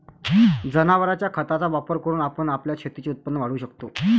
जनावरांच्या खताचा वापर करून आपण आपल्या शेतीचे उत्पन्न वाढवू शकतो